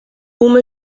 uma